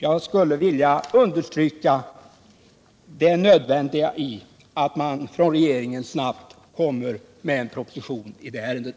Jag vill understryka det nödvändiga i att regeringen snabbt lägger fram en proposition i det här ärendet.